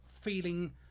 feeling